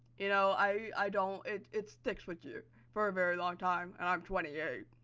you know, i don't, it it sticks with you for a very long time, and i'm twenty eight,